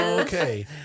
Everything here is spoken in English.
okay